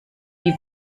die